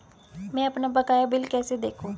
मैं अपना बकाया बिल कैसे देखूं?